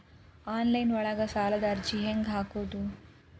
Online ಒಳಗ ಸಾಲದ ಅರ್ಜಿ ಹೆಂಗ್ ಹಾಕುವುದು?